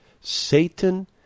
Satan